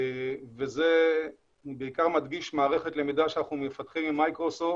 זה בעיקר מדגיש מערכת למידה שאנחנו מפתחים עם מיקרוסופט.